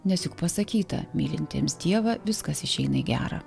nes juk pasakyta mylintiems dievą viskas išeina į gera